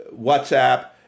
WhatsApp